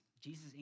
Jesus